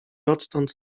odtąd